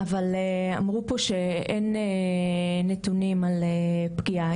אמרו פה שאין נתונים על פגיעה.